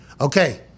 okay